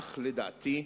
אך לדעתי,